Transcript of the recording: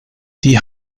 die